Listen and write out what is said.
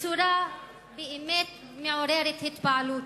בצורה באמת מעוררת התפעלות,